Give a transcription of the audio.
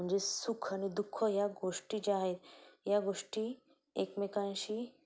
म्हणजे सुख आणि दुःख ह्या गोष्टी ज्या आहेत या गोष्टी एकमेकांशी